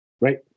right